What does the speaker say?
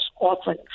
often